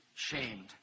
shamed